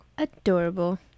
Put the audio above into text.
adorable